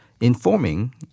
informing